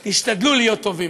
וחברים, תשתדלו להיות טובים.